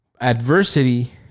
adversity